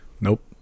nope